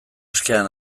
askean